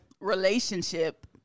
relationship